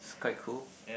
it's quite cool